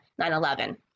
9-11